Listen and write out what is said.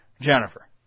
Jennifer